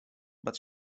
but